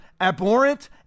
abhorrent